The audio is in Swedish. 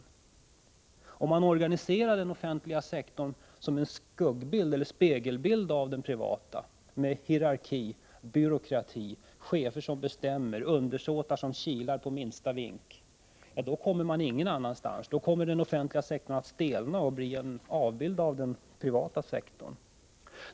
Om man organiserar den offentliga sektorn som en spegelbild av den privata med hierarki, byråkrati, chefer som bestämmer och undersåtar som kilar på minsta vink, då kommer man ingenstans. Då kommer den offentliga sektorn att stelna och bli en avbild av den privata sektorn.